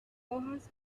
hojas